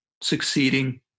succeeding